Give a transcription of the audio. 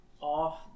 off